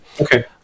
Okay